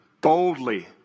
boldly